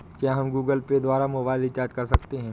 क्या हम Google Pay द्वारा मोबाइल रिचार्ज कर सकते हैं?